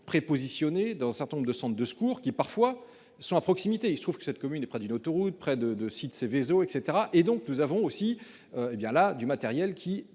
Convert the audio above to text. prépositionnés dans certain nombre de centres de secours qui parfois sont à proximité. Il se trouve que cette commune et près d'une autoroute près de 2 sites Seveso et cetera et donc nous avons aussi hé bien là